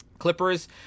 Clippers